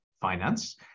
finance